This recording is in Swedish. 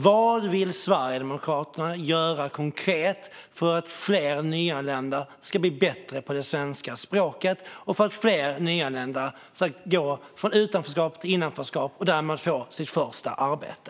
Vad vill Sverigedemokraterna göra, konkret, för att fler nyanlända ska bli bättre på det svenska språket och för att fler nyanlända ska gå från utanförskap till innanförskap och därmed få sitt första arbete?